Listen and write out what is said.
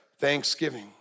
thanksgiving